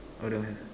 oh don't have